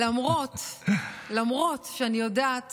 למרות, אני יודעת